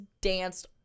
danced